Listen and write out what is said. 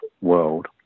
world